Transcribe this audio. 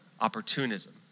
opportunism